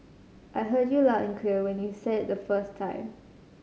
I heard you loud and clear when you said the first time